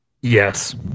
Yes